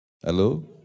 Hello